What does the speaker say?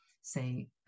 say